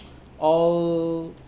all